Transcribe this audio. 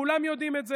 כולם יודעים את זה.